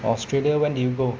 australia when did you go